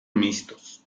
mixtos